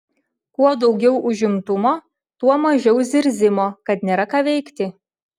kuo daugiau užimtumo tuo mažiau zirzimo kad nėra ką veikti